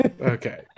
Okay